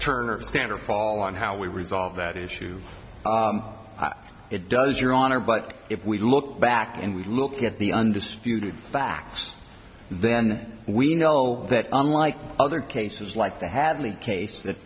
turner stand or fall on how we resolve that issue it does your honor but if we look back and we look at the undisputed facts then we know that unlike other cases like the have the case that